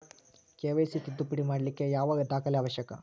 KYC ತಿದ್ದುಪಡಿ ಮಾಡ್ಲಿಕ್ಕೆ ಯಾವ ದಾಖಲೆ ಅವಶ್ಯಕ?